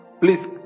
Please